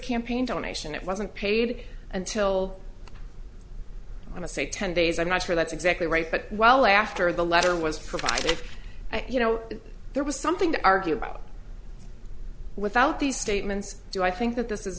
campaign donation it wasn't paid until i say ten days i'm not sure that's exactly right but while after the letter was provided you know that there was something to argue about without these statements do i think that this is